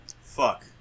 Fuck